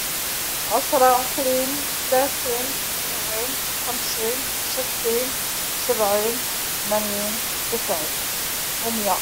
عشره، عشرين، تلاثين، ربعين، خمسين، ستين، سبعين، ثمانين، تسعين وميه.